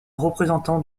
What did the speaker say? représentant